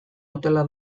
hotela